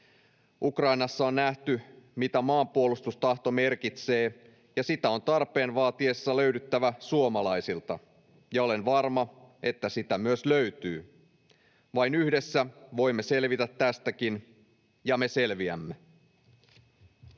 Ukrainassa on nähty, mitä maanpuolustustahto merkitsee, ja sitä on tarpeen vaatiessa löydyttävä suomalaisilta, ja olen varma, että sitä myös löytyy. Vain yhdessä voimme selvitä tästäkin, ja me selviämme.